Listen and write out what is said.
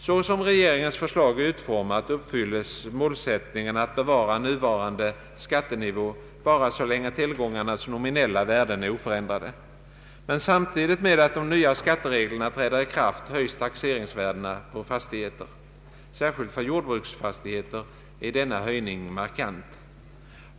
Så som regeringens förslag är utformat uppfylles målsättningen att bevara nuvarande skattenivå bara så länge tillgångarnas nominella värden är oför ändrade. Men samtidigt med att de nya skattereglerna träder i kraft höjs taxeringsvärdena på fastigheter. Särskilt för jordbruksfastigheter är denna höjning markant.